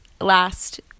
last